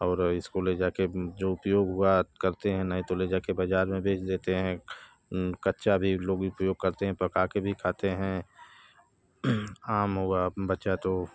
और इसको ले जा के जो उपयोग हुआ करते हैं नहीं तो ले जा के बाज़ार में बेच देते हैं कच्चा भी लोग उपयोग करते हैं पका के भी खाते हैं आम हुआ बचा तो